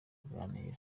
biganiro